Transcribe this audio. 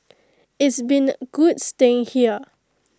it's been good staying here